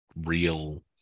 real